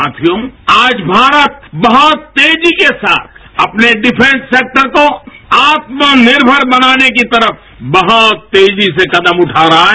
साथियो आज भारत बहुत तेजी के साथ अपने डिफ़्रेंस सेक्टरको आत्मनिर्मर बनाने की तरफ बहुत तेजी के कदम उगा रहा है